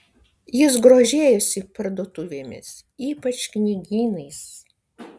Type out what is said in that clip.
jis grožėjosi parduotuvėmis ypač knygynais